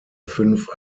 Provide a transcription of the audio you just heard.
fünf